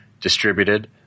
distributed